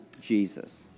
jesus